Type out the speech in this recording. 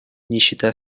нищета